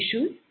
issues